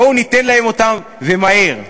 בואו ניתן להם אותן, ומהר.